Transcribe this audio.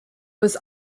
was